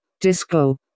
Disco